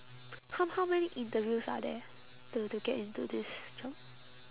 how how many interviews are there to to get into this job